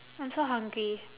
I'm so hungry